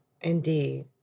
indeed